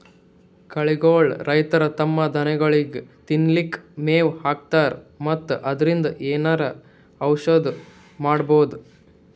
ಕಳಿಗೋಳ್ ರೈತರ್ ತಮ್ಮ್ ದನಗೋಳಿಗ್ ತಿನ್ಲಿಕ್ಕ್ ಮೆವ್ ಹಾಕ್ತರ್ ಮತ್ತ್ ಅದ್ರಿನ್ದ್ ಏನರೆ ಔಷದ್ನು ಮಾಡ್ಬಹುದ್